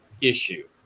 issue